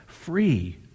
free